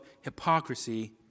hypocrisy